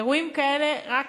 אירועים כאלה רק